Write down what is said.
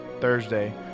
Thursday